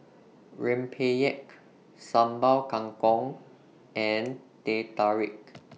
Rempeyek Sambal Kangkong and Teh Tarik